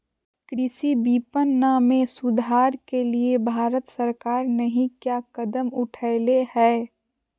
कृषि विपणन में सुधार के लिए भारत सरकार नहीं क्या कदम उठैले हैय?